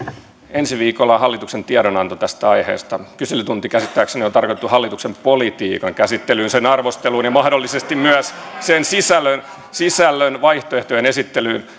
ensi viikolla on hallituksen tiedonanto tästä aiheesta kyselytunti käsittääkseni on tarkoitettu hallituksen politiikan käsittelyyn sen arvosteluun ja mahdollisesti myös sen sisällön sisällön vaihtoehtojen esittelyyn